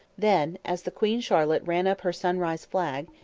then, as the queen charlotte ran up her sunrise flag,